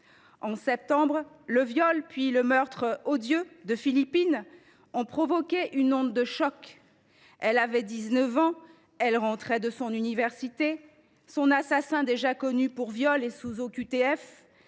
En septembre dernier, le viol, puis le meurtre odieux de Philippine ont provoqué une onde de choc. Elle avait 19 ans. Elle rentrait de son université. Son assassin, déjà connu pour viol et placé sous OQTF,